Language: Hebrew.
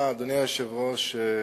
אדוני היושב-ראש,